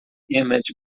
image